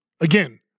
again